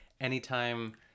Anytime